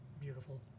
beautiful